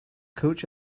coach